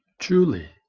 Julie